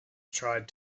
tried